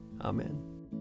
Amen